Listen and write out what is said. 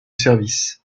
service